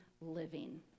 living